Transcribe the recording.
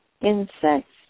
insects